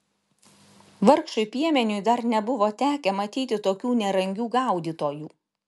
vargšui piemeniui dar nebuvo tekę matyti tokių nerangių gaudytojų